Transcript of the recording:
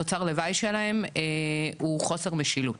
תוצר הלוואי שלהם הוא חוסר משילות.